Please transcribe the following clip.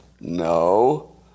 No